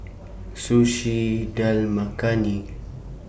Sushi Dal Makhani